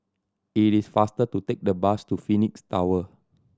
it is faster to take the bus to Phoenix Tower